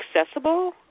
accessible